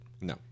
No